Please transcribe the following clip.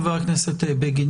חבר הכנסת בגין.